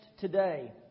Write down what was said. today